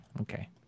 Okay